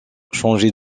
changé